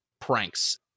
pranks